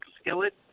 skillet